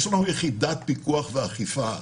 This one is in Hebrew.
יש לנו יחידת פיקוח ואכיפה,